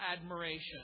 admiration